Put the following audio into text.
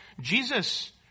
Jesus